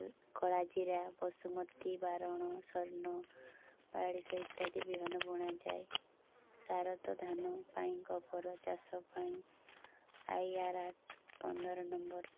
କଳା ଜୀରା ବଶୁମତୀ ବାରଣ ସ୍ଵର୍ଣ୍ଣ ବାଡ଼ିଶ ଇତ୍ୟାଦି ବିହନ ବୁଣାଯାଏ ସାରତ ଧାନ ପାଇଁ ଗୋବର ଚାଷ ପାଇଁ ଆଇଆର୍ ଆଠ୍ ପନ୍ଦର ନମ୍ବର୍